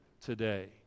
today